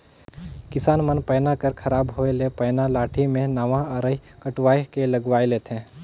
किसान मन पैना कर खराब होए ले पैना लाठी मे नावा अरई कटवाए के लगवाए लेथे